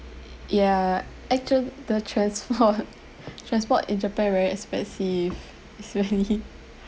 ya actua~ the transport transport in japan very expensive it's really